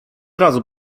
razu